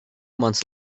months